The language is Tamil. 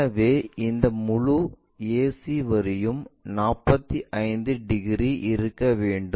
எனவே இந்த முழு ac வரியும் 45 டிகிரி இருக்க வேண்டும்